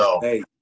Hey